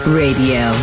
radio